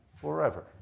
forever